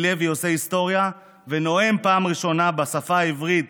לוי עושה היסטוריה ונואם בפעם הראשונה בשפה העברית